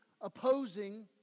opposing